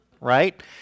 right